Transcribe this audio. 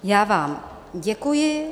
Já vám děkuji.